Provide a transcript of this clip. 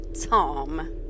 Tom